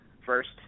first